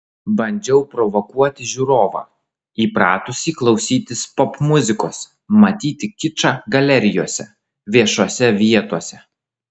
bandžiau provokuoti žiūrovą įpratusį klausytis popmuzikos matyti kičą galerijose viešose vietose